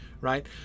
right